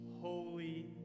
holy